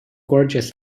gorgeous